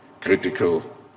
critical